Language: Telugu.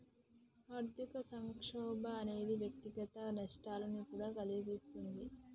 ఆర్థిక సంక్షోభం అనేది వ్యక్తిగత నష్టాలను కూడా కలిగిస్తుంది